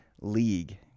league